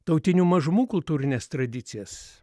tautinių mažumų kultūrines tradicijas